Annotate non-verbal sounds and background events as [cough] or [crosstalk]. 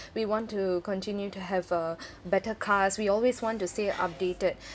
we want to continue to have a [breath] better cars we always want to stay updated